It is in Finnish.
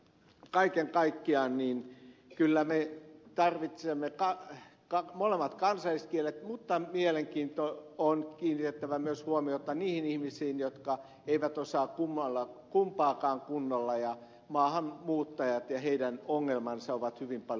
kaiken kaikkiaan me kyllä tarvitsemme molemmat kansalliskielet mutta on kiinnitettävä myös huomiota niihin ihmisiin jotka eivät osaa kumpaakaan kunnolla ja maahanmuuttajat ja heidän ongelmansa ovat hyvin van